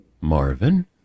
Marvin